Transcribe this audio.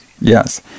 Yes